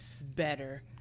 better